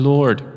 Lord